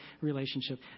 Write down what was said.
relationship